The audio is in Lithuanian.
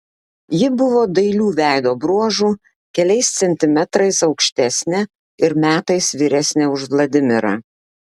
ji buvo dailių veido bruožų keliais centimetrais aukštesnė ir metais vyresnė už vladimirą